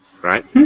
right